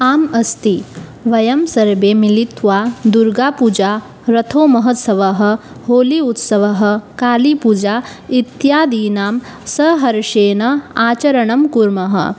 आम् अस्ति वयं सर्वे मिलित्वा दुर्गापूजा रथमहोत्सवः होली उत्सवः कालीपूजा इत्यादीनां सहर्षेण आचरणं कुर्मः